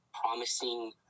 promising